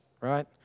right